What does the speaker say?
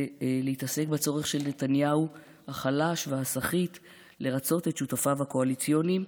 זה להתעסק בצורך של נתניהו החלש והסחיט לרצות את שותפיו הקואליציוניים,